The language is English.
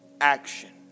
action